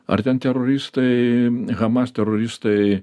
ar ten teroristai hamas teroristai